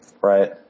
Right